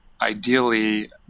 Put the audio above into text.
ideally